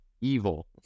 evil